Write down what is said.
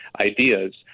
ideas